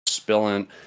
Spilling